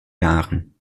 jahren